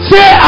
Say